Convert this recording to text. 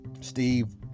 Steve